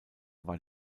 war